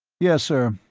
yes, sir.